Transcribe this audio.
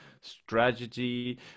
strategy